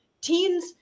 teens